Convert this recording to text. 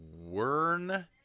Wern